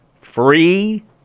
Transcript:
free